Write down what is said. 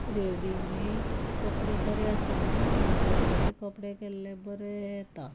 readymade कपडे बरे आसाना आनी घरा कडेन कपडे केल्ले बरे येता